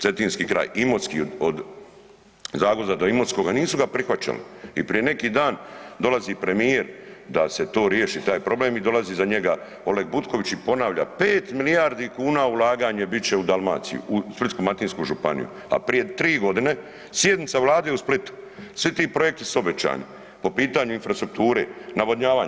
Cetinski kraj, Imotski, od Zagvozda do Imotskoga, nisu ga prihvaćali i prije neki dan, dolazi premijer da se to riješi taj problem i dolazi iza njega Oleg Butković i ponavlja 5 milijardi kuna ulaganje bit će u Dalmaciju u Splitsko-dalmatinsku županiju, a prije tri godine sjednica Vlade u Splitu, svi ti projekti su obećani po pitanju infrastrukture, navodnjavanja.